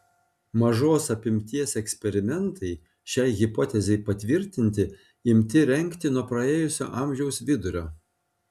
mažos apimties eksperimentai šiai hipotezei patvirtinti imti rengti nuo praėjusio amžiaus vidurio